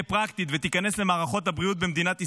פרקטית ותיכנס למערכת הבריאות במדינת ישראל,